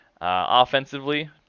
Offensively